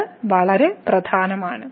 അത് വളരെ പ്രധാനമാണ്